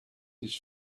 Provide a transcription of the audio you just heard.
his